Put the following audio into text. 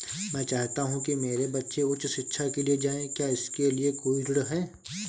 मैं चाहता हूँ कि मेरे बच्चे उच्च शिक्षा के लिए जाएं क्या इसके लिए कोई ऋण है?